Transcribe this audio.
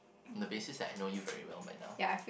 the basis that I know you very well by now